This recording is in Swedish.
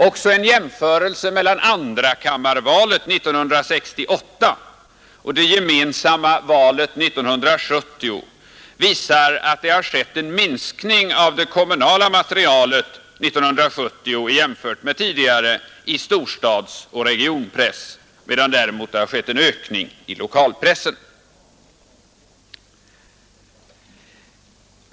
Också en jämförelse mellan andrakammarvalet 1968 och det gemensamma valet 1970 visar att det har skett en minskning av det kommunala materialet 1970 jämfört med tidigare i storstadsoch regionpress, medan det däremot har skett en ökning i lokalpressen.